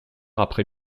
après